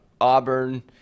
Auburn